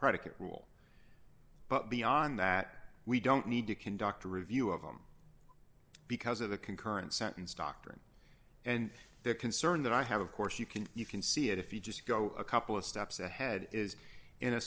predicate rule but beyond that we don't need to conduct a review of them because of the concurrent sentence doctrine and the concern that i have of course you can you can see if you just go a couple of steps ahead is in a